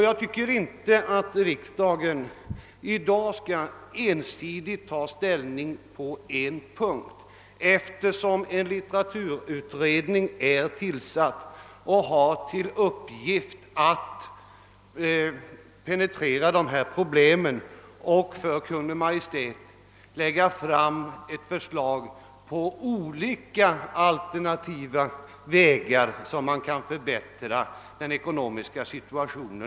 Jag tycker inte att riksdagen i dag ensidigt skall ta ställning på en punkt, när en litteraturutredning är tillsatt och har till uppgift att penetrera dessa problem och för Kungl. Maj:t lägga fram förslag på olika alternativa vägar på vilka man kan förbättra författarnas ekonomiska situation.